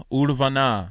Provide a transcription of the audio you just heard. urvana